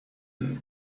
and